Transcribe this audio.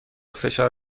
فشار